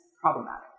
problematic